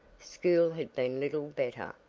school had been little better,